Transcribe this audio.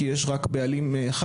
כי יש רק בעלים אחד,